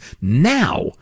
now